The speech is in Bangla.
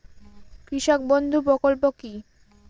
কৃষক বন্ধু প্রকল্প কি?